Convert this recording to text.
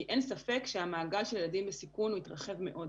כי אין ספק שהמעגל של ילדים בסיכון התרחב מאוד.